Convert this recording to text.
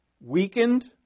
weakened